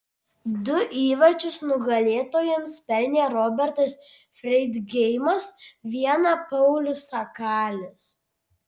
du įvarčius nugalėtojams pelnė robertas freidgeimas vieną paulius sakalis